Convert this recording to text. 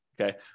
Okay